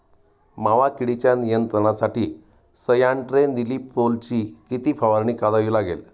मावा किडीच्या नियंत्रणासाठी स्यान्ट्रेनिलीप्रोलची किती फवारणी करावी लागेल?